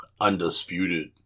Undisputed